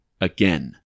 again